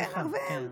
כן, סליחה.